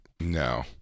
No